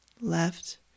Left